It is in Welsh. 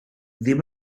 ddim